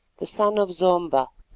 the son of zomba,